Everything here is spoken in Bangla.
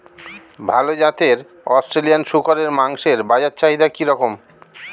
ভাল জাতের অস্ট্রেলিয়ান শূকরের মাংসের বাজার চাহিদা কি রকম?